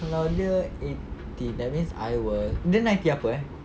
kalau dia eighteen that means I were dia ninety apa eh